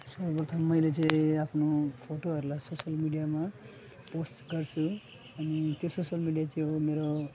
सर्वप्रथम मैले चाहिँ आफ्नो फोटोहरूलाई सोसियल मिडियामा पोस्ट गर्छु अनि त्यो सोसियल मिडिया चाहिँ हो मेरो